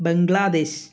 Bangladesh